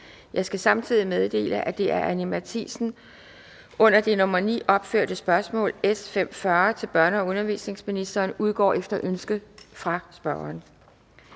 Jeg skal samtidig meddele, at det af Anni Matthiesen under nr. 9 opførte spørgsmål (S 540) til børne- og undervisningsministeren udgår efter ønske fra spørgeren.